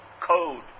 code